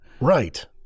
Right